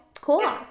cool